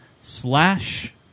slash